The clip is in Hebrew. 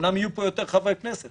אומנם יהיו פה יותר חברי כנסת